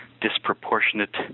disproportionate